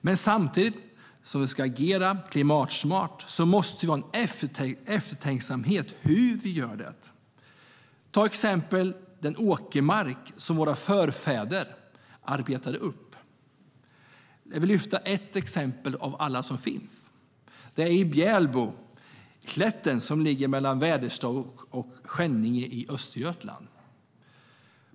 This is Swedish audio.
Men samtidigt som vi ska agera klimatsmart måste vi ha en eftertänksamhet i hur vi gör det. Låt oss ta som exempel den åkermark som våra förfäder arbetade upp. Jag vill lyfta fram ett exempel av alla som finns: Bjälboslätten, som ligger mellan Väderstad och Skänninge i Östergötland.